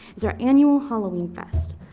is our annual halloween fest.